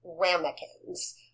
ramekins